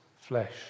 flesh